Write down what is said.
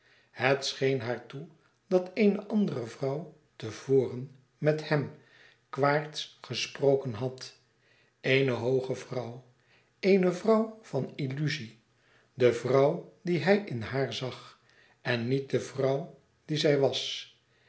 boek van geluk eene andere vrouw te voren met hem quaerts gesproken had eene hooge vrouw eene vrouw van illuzie de vrouw die hij in haar zag en niet de vrouw die zij wàs